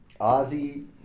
Ozzy